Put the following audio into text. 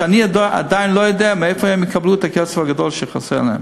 ואני עדיין לא יודע מאיפה הם יקבלו את הכסף הגדול שחסר להם.